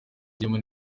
agiyemo